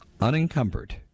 unencumbered